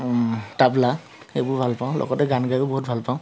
তবলা সেইবোৰ ভাল পাওঁ লগতে গান গাইও বহুত ভাল পাওঁ